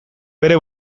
bere